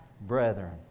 brethren